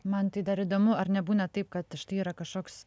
man tai dar įdomu ar nebūna taip kad štai yra kažkoks